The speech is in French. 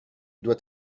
doit